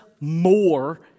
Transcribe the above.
more